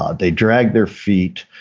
ah they drag their feet.